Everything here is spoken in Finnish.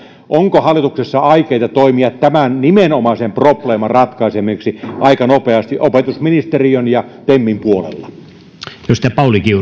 onko hallituksessa aikeita toimia tämän nimenomaisen probleeman ratkaisemiseksi aika nopeasti opetusministeriön ja temin puolella